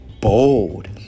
bold